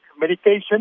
medication